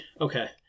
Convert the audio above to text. Okay